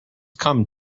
come